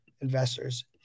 investors